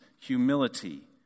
humility